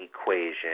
equation